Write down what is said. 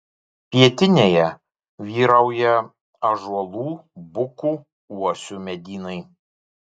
pietinėje vyrauja ąžuolų bukų uosių medynai